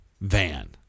van